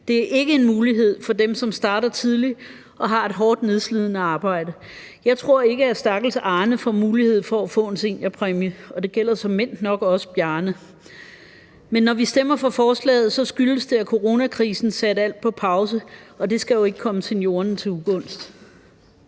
Det er ikke en mulighed for dem, som starter tidligt og har et hårdt nedslidende arbejde. Jeg tror ikke, at stakkels Arne får mulighed for at få en seniorpræmie, og det gælder såmænd nok også Bjarne. Men når vi stemmer for forslaget, skyldes det, at coronakrisen satte alt på pause, og det skal jo ikke komme seniorerne til ugunst.